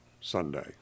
Sunday